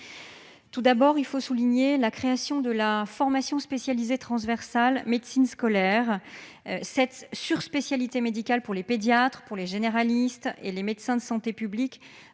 tout d'abord la création de la formation spécialisée transversale de médecine scolaire. Cette surspécialité médicale pour les pédiatres, les généralistes et les médecins de santé publique